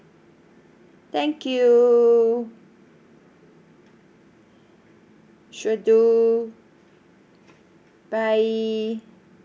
thank you sure do bye